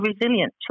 resilient